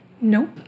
Nope